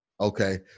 Okay